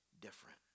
different